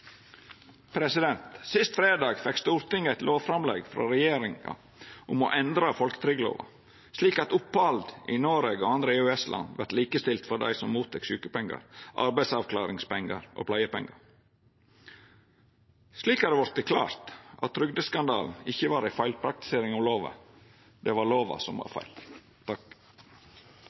Sist fredag fekk Stortinget eit lovframlegg frå regjeringa om å endra folketrygdlova slik at opphald i Noreg og andre EØS-land vert likestilt for dei som mottek sjukepengar, arbeidsavklaringspengar og pleiepengar. Slik har det vorte klart at trygdeskandalen ikkje var ei feilpraktisering av lova – det var lova som var feil.